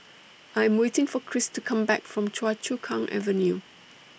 I Am waiting For Kris to Come Back from Choa Chu Kang Avenue